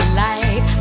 life